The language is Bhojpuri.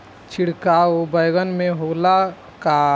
छिड़काव बैगन में होखे ला का?